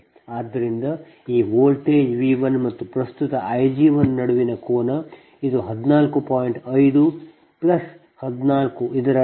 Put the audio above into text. ಆದ್ದರಿಂದ ಈ voltage V 1 ಮತ್ತು ಪ್ರಸ್ತುತ I g1 ನಡುವಿನ ಕೋನ ಇದು 14